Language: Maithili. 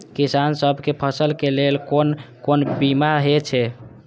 किसान सब के फसल के लेल कोन कोन बीमा हे छे?